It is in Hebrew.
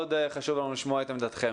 מאוד חשוב לנו לשמוע את עמדתכם.